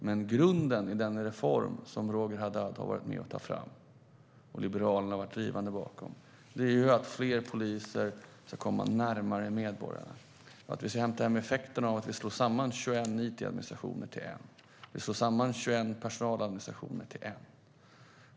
Men grunden i den reform som Roger Haddad har varit med om att ta fram och som Liberalerna har varit drivande bakom är att fler poliser ska komma närmare medborgarna. Vi ska hämta hem effekterna av att vi slår samman 21 it-administrationer till en och av att vi slår samman 21 personaladministrationer till en.